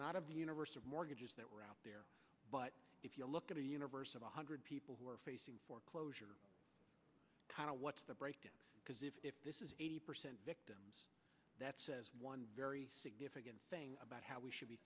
not of the universe of mortgages that were out there but if you look at a universe of one hundred people who are facing foreclosure kind of what's the breakdown because if this is eighty percent victims that says one very significant thing about how we should be